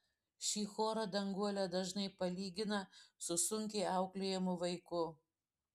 šį chorą danguolė dažnai palygina su sunkiai auklėjamu vaiku